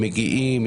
הם מגיעים,